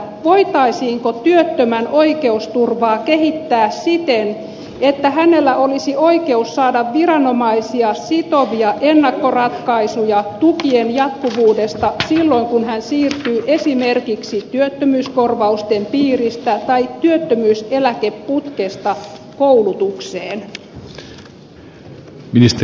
voitaisiinko työttömän oikeusturvaa kehittää siten että hänellä olisi oikeus saada viranomaisia sitovia ennakkoratkaisuja tukien jatkuvuudesta silloin kun hän siirtyy esimerkiksi työttömyyskorvausten piiristä tai työttömyyseläkeputkesta koulutukseen